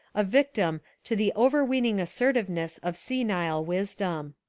a victim to the overweening assertlveness of senile wisdom.